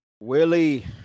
willie